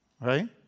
Right